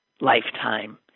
lifetime